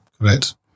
Correct